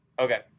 Okay